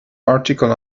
article